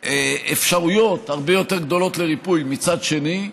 אפשרויות הרבה יותר גדולות לריפוי, מצד שני,